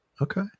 Okay